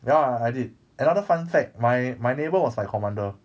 ya lah I I did another fun fact my my neighbour was my commander